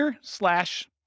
slash